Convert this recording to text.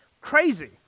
crazy